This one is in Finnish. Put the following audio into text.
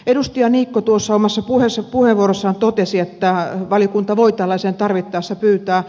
edustaja niikko tuossa omassa puheenvuorossaan totesi että valiokunta voi tällaisen tarvittaessa pyytää